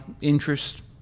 interest